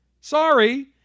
Sorry